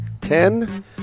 Ten